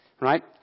Right